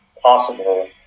possible